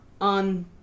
on